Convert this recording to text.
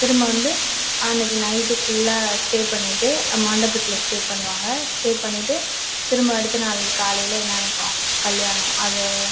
திரும்ப வந்து அன்னைக்கு நைட்டு ஃபுல்லா ஸ்டே பண்ணிவிட்டு அம்மண்டபத்தில் ஸ்டே பண்ணுவாங்கள் ஸ்டே பண்ணிவிட்டு திரும்ப அடுத்த நாள் காலையில் என்ன நடக்கும் கல்யாண அது